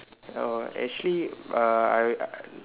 err actually uh I I